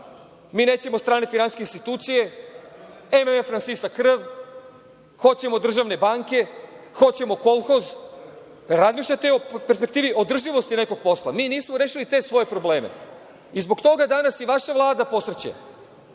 mi nećemo strane finansijske institucije, MMF nam sisa krv, hoćemo državne banke, hoćemo kolhoz. Jel razmišljate o perspektivi održivosti nekog posla? Mi nismo rešili te svoje probleme. Zbog toga danas i vaša Vlada posrće.U